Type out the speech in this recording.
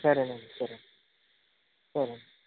సరే అండి సరే అండి సరే అండి